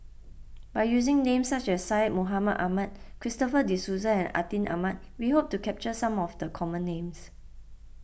by using names such as Syed Mohamed Ahmed Christopher De Souza and Atin Amat we hope to capture some of the common names